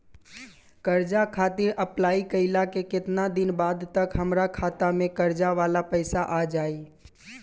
कर्जा खातिर अप्लाई कईला के केतना दिन बाद तक हमरा खाता मे कर्जा वाला पैसा आ जायी?